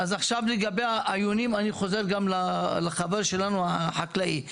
לגבי היונים, אני חוזר גם לחבר שלנו החקלאי.